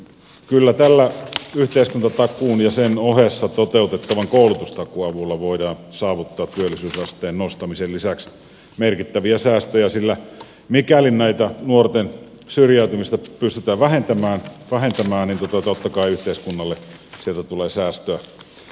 kyllä yhteiskuntatakuun ja sen ohessa toteutettavan koulutustakuun avulla voidaan saavuttaa työllisyysasteen nostamisen lisäksi merkittäviä säästöjä sillä mikäli nuorten syrjäytymistä pystytään vähentämään niin totta kai yhteiskunnalle sieltä tulee säästöä